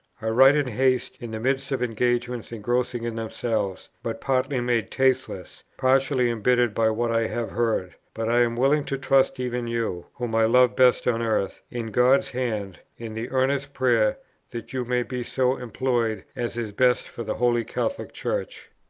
i write in haste, in the midst of engagements engrossing in themselves, but partly made tasteless, partly embittered by what i have heard but i am willing to trust even you, whom i love best on earth, in god's hand, in the earnest prayer that you may be so employed as is best for the holy catholic church.